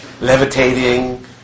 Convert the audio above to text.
levitating